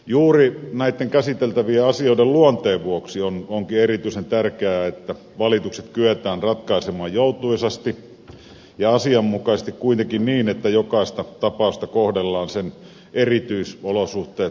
juuri näitten käsiteltävien asioiden luonteen vuoksi onkin erityisen tärkeää että valitukset kyetään ratkaisemaan joutuisasti ja asianmukaisesti kuitenkin niin että jokaista tapausta kohdellaan sen erityisolosuhteet huomioon ottaen